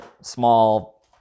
small